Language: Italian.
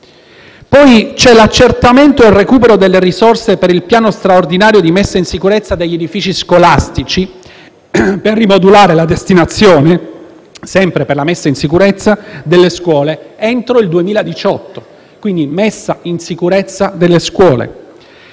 poi l’accertamento e il recupero delle risorse per il piano straordinario di messa in sicurezza degli edifici scolastici per rimodulare la destinazione delle scuole entro il 2018, quindi la messa in sicurezza delle scuole.